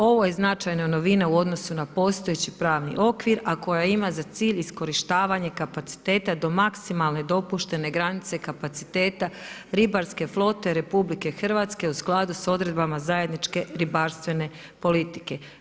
Ovo je značajna novina u odnosu na postojeći pravni okvir, a koja ima za cilj iskorištavanje kapaciteta do maksimalne dopuštene granice kapaciteta Ribarske flote RH u skladu sa odredbama zajedničke ribarstvene politike.